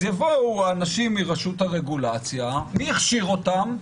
אז יבואו האנשים מרשות הרגולציה מי הכשיר אותם?